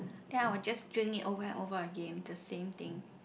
then I will just drink it over and over again the same thing